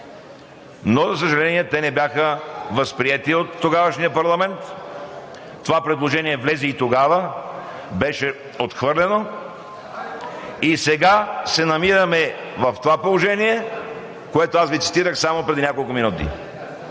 За съжаление, те не бяха възприети от тогавашния парламент – това предложение влезе и тогава, беше отхвърлено и сега се намираме в това положение, което аз Ви цитирах само преди няколко минути: